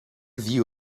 view